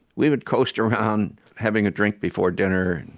we would coast around having a drink before dinner,